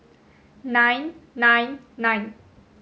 nine nine nine